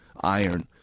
iron